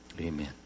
Amen